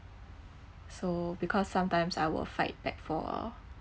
so because sometimes I will fight back for